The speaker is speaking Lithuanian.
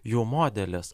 jų modelis